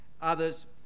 Others